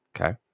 okay